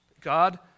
God